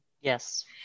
yes